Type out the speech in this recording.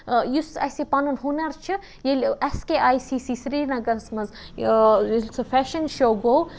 یُس اَسہِ پَنُن ہُنَر چھِ ییٚلہِ اٮ۪س کے آی سی سی سرینگرس منٛز ییٚلہِ سُہ فیشَن شو گوٚو